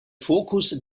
fokus